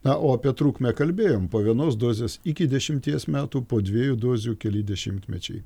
na o apie trukmę kalbėjom po vienos dozės iki dešimties metų po dviejų dozių keli dešimtmečiai